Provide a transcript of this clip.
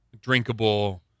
drinkable